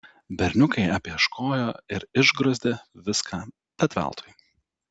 berniukai apieškojo ir išgriozdė viską bet veltui